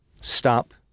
stop